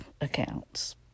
accounts